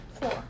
Four